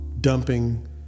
dumping